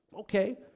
okay